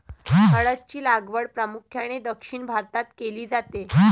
हळद ची लागवड प्रामुख्याने दक्षिण भारतात केली जाते